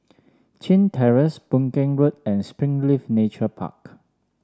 Chin Terrace Boon Keng Road and Springleaf Nature Park